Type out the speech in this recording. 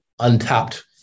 untapped